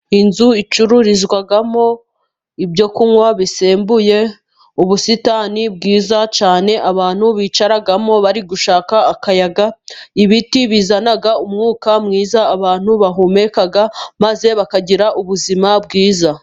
Inzu icururizwamo ibyo kunywa bisembuye . Ubusitani bwiza cyane abantu bicaramo bari gushaka akayaga. Ibiti bizana umwuka mwiza abantu bahumeka maze bakagira ubuzima bwiza.